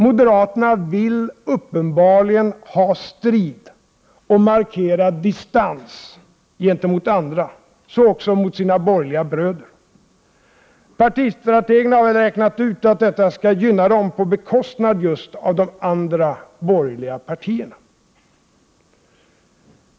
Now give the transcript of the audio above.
Moderaterna vill uppenbarligen ha strid och markera distans gentemot andra, också sina borgerliga bröder. Partistrategerna har nämligen räknat ut att detta skall gynna dem — på bekostnad av just de andra borgerliga partierna.